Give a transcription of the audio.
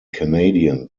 canadian